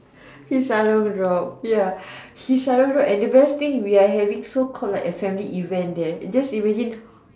his sarong drop ya and his sarong and the best thing we are having so call a assembly event there just imagine